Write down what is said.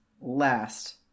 last